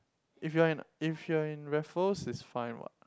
if you're in if you're in Raffles is fine what